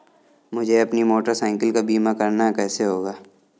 मुझे अपनी motorcycle का बीमा करना है कैसे होगा?